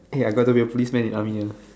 okay I got to be a policeman in army ah